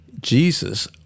Jesus